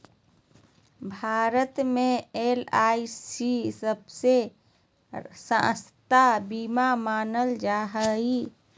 भारत मे एल.आई.सी सबसे सस्ता बीमा मानल जा हय